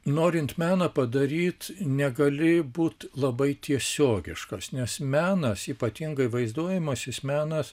norint meną padaryt negali būt labai tiesiogiškas nes menas ypatingai vaizduojamasis menas